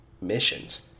missions